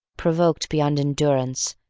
provoked beyond endurance,